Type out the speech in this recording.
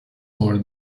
were